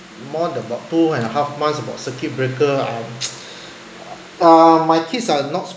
more than about two and a half months about circuit breaker ah uh my kids are not